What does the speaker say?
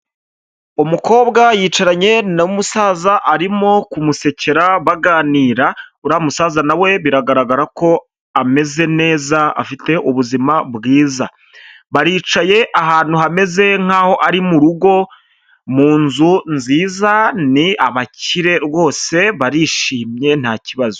Umukobwa yicaranye na musaza arimo kumusekera baganira, uriya musaza nawe we biragaragara ko ameze neza afite ubuzima bwiza, baricaye ahantu hameze nk'aho ari mu rugo, mu nzu nziza, ni abakire rwose barishimye ntakibazo.